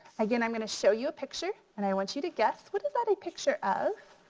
again i'm gonna show you a picture and i want you to guess what is that a picture of?